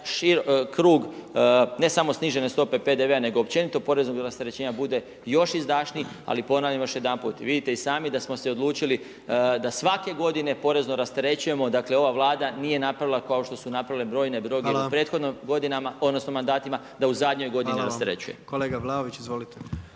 taj krug ne samo snižene stope PDV-a nego općenito porezno rasterećenja bude još izdašniji ali ponavljam još jedanput, vidite i sami da smo se odlučili da svake godine porezno rasterećujemo dakle ova Vlada nije napravila kao što su napravile brojne druge u prethodnim godinama odnosno mandatima da u zadnjoj godini unesrećujemo. **Jandroković, Gordan